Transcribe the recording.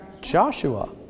Joshua